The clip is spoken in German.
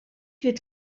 wird